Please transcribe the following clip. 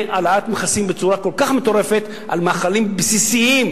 העלאת מכסים בצורה כל כך מטורפת על מאכלים בסיסיים,